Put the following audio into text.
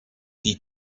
die